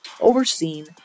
overseen